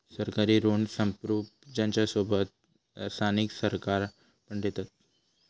सरकारी ऋण संप्रुभ राज्यांसोबत स्थानिक सरकारा पण देतत